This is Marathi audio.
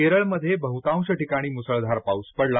केरळमध्ये बहुतांश ठिकाणी मुसळधार पाऊस पडला